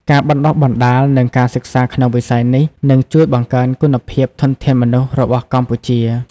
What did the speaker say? ការបណ្តុះបណ្តាល និងការសិក្សាក្នុងវិស័យនេះ នឹងជួយបង្កើនគុណភាពធនធានមនុស្សរបស់កម្ពុជា។